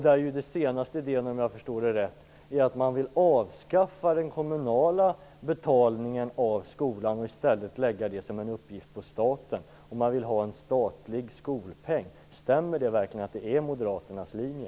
Den senaste idén är, om jag förstår det rätt, att man vill avskaffa den kommunala betalningen av skolan och i stället lägga det som en uppgift på staten. Man vill ha en statlig skolpeng. Stämmer det verkligen att det är moderaternas linje?